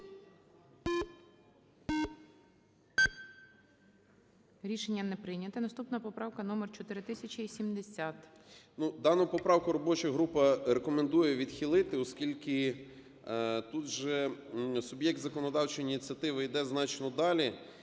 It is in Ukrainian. Рішення не прийнято. Наступна поправка - номер 4070. 16:41:04 СИДОРОВИЧ Р.М. Ну, дану поправку робоча група рекомендує відхилити, оскільки тут вже суб'єкт законодавчої ініціативи іде значно далі.